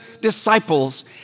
disciples